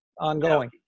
ongoing